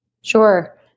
Sure